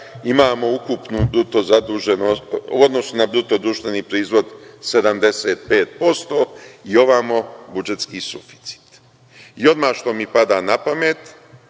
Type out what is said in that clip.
odnosno bruto društveni proizvod 75% i ovamo budžetski suficit. Odmah što mi pada na pamet,